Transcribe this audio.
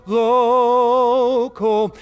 local